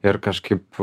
ir kažkaip